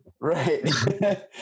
Right